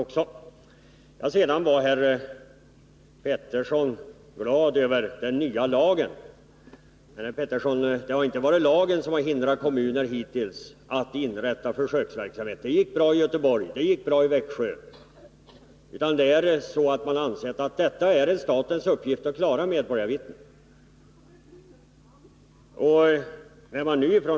Herr Petersson i Röstånga var glad över den nya lagen. Men, herr Petersson, det är inte lagen som har hindrat kommuner från att bedriva försöksverksamhet. Det har gått bra både i Göteborg och i Växjö. Det har ansetts vara en uppgift för staten att klara detta med medborgarvittnen.